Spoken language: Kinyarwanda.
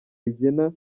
rigena